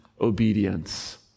obedience